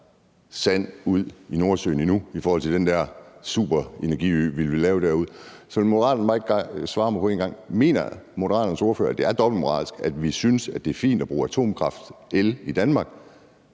sand ud i Nordsøen endnu i forhold til den der superenergiø, vi vil lave derude. Så vil Moderaterne ikke bare gerne en gang svare mig på: Mener Moderaternes ordfører, at det er dobbeltmoralsk, at vi synes, at det er fint at bruge atomkraftel i Danmark,